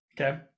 Okay